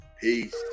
peace